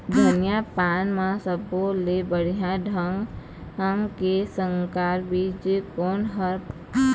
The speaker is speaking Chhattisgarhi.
धनिया पान म सब्बो ले बढ़िया ढंग के संकर बीज कोन हर ऐप?